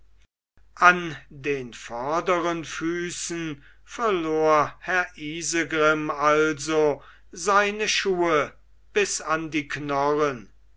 an den vorderen füßen verlor herr isegrim also seine schuhe bis an die knorren